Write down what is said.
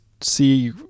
see